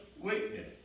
weakness